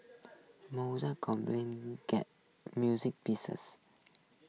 Mozart music pieces